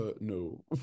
no